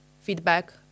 feedback